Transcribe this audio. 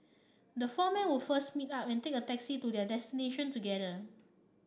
the four men would first meet up and take a taxi to their destination together